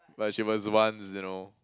but she was once you know